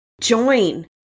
Join